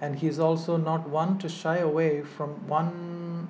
and he is also not one to shy away from one